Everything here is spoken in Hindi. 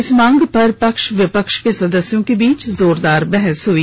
इस मांग पर पक्ष विपक्ष के सदस्यों के बीच जोरदार बहस हुई